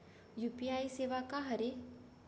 UPI सेवा का हरे?